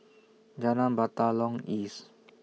Jalan Batalong East